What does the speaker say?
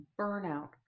Burnout